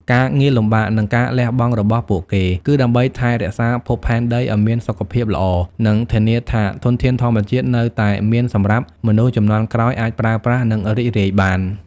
ការងារលំបាក និងការលះបង់របស់ពួកគេ គឺដើម្បីថែរក្សាភពផែនដីឲ្យមានសុខភាពល្អ និងធានាថាធនធានធម្មជាតិនៅតែមានសម្រាប់ មនុស្សជំនាន់ក្រោយ អាចប្រើប្រាស់ និងរីករាយបាន។